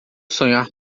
sonhar